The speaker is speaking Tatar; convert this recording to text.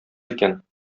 икән